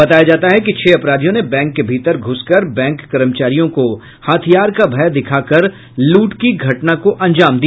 बताया जाता है कि छह अपराधियों ने बैंक के भीतर घुसकर बैंक कर्मचारियों को हथियार का भय दिखाकर लूट की घटना को अंजाम दिया